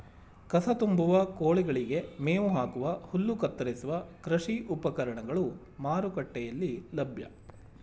ಕಸ ತುಂಬುವ, ಕೋಳಿಗಳಿಗೆ ಮೇವು ಹಾಕುವ, ಹುಲ್ಲು ಕತ್ತರಿಸುವ ಕೃಷಿ ಉಪಕರಣಗಳು ಮಾರುಕಟ್ಟೆಯಲ್ಲಿ ಲಭ್ಯ